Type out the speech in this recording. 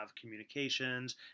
communications